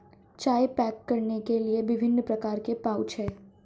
चाय पैक करने के लिए विभिन्न प्रकार के पाउच हैं